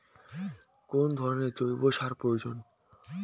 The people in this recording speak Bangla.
কোন ধরণের জৈব সার প্রয়োজন?